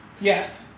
Yes